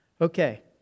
Okay